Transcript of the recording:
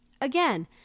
Again